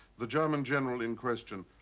the german general in question,